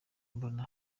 mbona